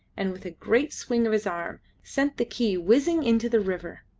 and, with a great swing of his arm, sent the key whizzing into the river.